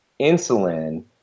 insulin